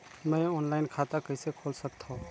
मैं ऑनलाइन खाता कइसे खोल सकथव?